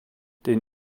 den